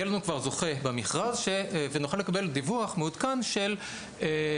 יהיה לנו כבר זוכה במכרז ונוכל לקבל דיווח מעודכן של מה,